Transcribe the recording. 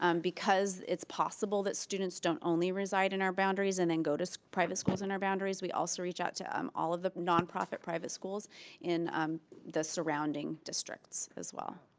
um because it's possible that students don't only reside in our boundaries and then go to so private schools in our boundaries. we also reach out to ah um all of the nonprofit private schools in the surrounding districts as well.